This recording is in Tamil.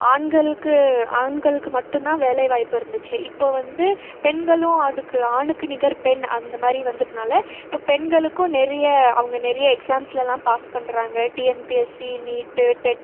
ஆண்களுக்கு ஆண்களுக்கு மட்டும் தான் வேலை வாய்ப்பு இருந்துச்சு இப்போது வந்து பெண்களும் அதுக்கு ஆணுக்கு நிகர் பெண் அந்த மாதிரி வந்துட்டுதுனால இப்போ பெண்களுக்கும் நிறைய அவங்க நிறைய எக்ஸாம்ஸில் எல்லாம் பாஸ் பண்ணுறாங்க டிஎன்பிஎஸ்சி நீட்டு டெட்டு